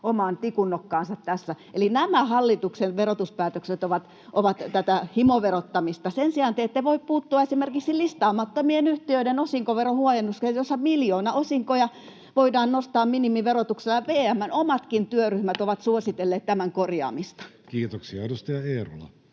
omaan tikunnokkaansa tässä. Eli nämä hallituksen verotuspäätökset ovat tätä himoverottamista. [Miko Bergbomin välihuuto] Sen sijaan te ette voi puuttua esimerkiksi listaamattomien yhtiöiden osinkoverohuojennukseen, jossa miljoonaosinkoja voidaan nostaa minimiverotuksella. VM:n omatkin työryhmät ovat suositelleet tämän korjaamista. [Speech 297] Speaker: